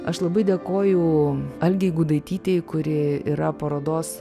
aš labai dėkoju algei gudaitytei kuri yra parodos